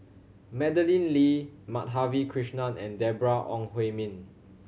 Madeleine Lee Madhavi Krishnan and Deborah Ong Hui Min